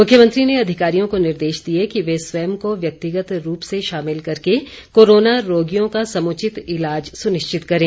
मुख्यमंत्री ने अधिकारियों को निर्देश दिए कि वे स्वयं को व्यक्तिगत रूप से शामिल करके कोरोना रोगियों का समुचित ईलाज सुनिश्चित करें